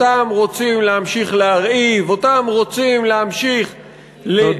אותם רוצים להמשיך להרעיב,